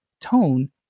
tone